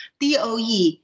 DOE